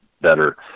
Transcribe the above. better